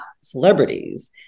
celebrities